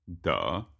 Duh